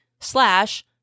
slash